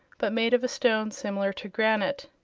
but made of a stone similar to granite.